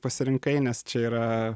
pasirinkai nes čia yra